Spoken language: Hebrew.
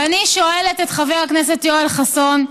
ואני שואלת את חבר הכנסת יואל חסון: